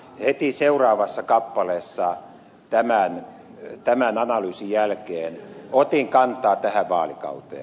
heti seuraavassa kappaleessa tämän analyysin jälkeen otin kantaa tähän vaalikauteen